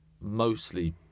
mostly